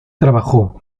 trabajó